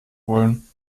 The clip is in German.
wollen